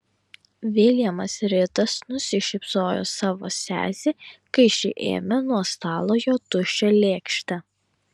viljamas ritas nusišypsojo savo sesei kai ši ėmė nuo stalo jo tuščią lėkštę